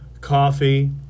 coffee